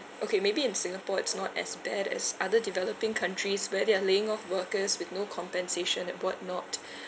okay maybe in singapore it's not as bad as other developing countries where they're laying off workers with no compensation and what not